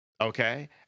Okay